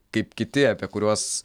kaip kiti apie kuriuos